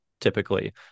typically